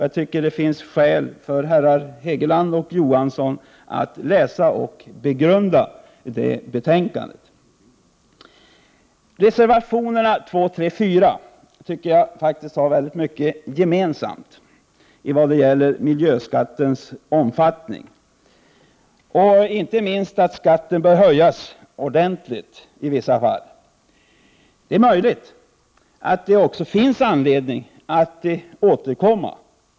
Jag tycker att det finns skäl för herrar Hegeland och Johansson att läsa och begrunda det betänkandet. Reservationerna 2, 3 och 4 tycker jag har mycket gemensamt i vad gäller miljöskattens omfattning, inte minst att skatten bör höjas ordentligt i vissa fall. Det är möjligt att det finns anledning att återkomma.